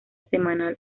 semanal